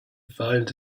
find